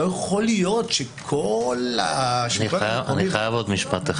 לא יכול להיות שכל השלטון המקומי --- אני חייב עוד משפט,